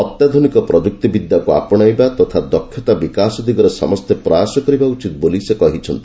ଅତ୍ୟାଧୁନିକ ପ୍ରଯୁକ୍ତିବିଦ୍ୟାକୁ ଆପଶାଇବା ତଥା ଦକ୍ଷତା ବିକାଶ ଦିଗରେ ସମସ୍ତେ ପ୍ରୟାସ କରିବା ଉଚିତ ବୋଲି ସେ କହିଛନ୍ତି